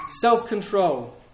self-control